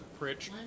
Pritch